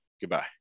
Goodbye